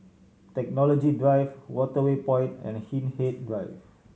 Technology Drive Waterway Point and Hindhede Drive